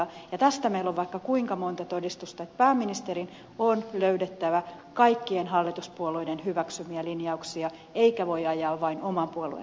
tästä meillä on vaikka kuinka monta todistusta että pääministerin on löydettävä kaikkien hallituspuolueiden hyväksymiä linjauksia eikä hän voi ajaa vain oman puolueensa linjausta